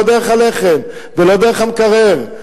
לא דרך הלחם ולא דרך המקרר.